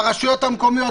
לרשויות המקומיות,